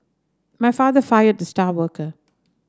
my father fired the star worker